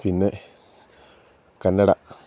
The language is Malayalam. പിന്നെ കന്നഡ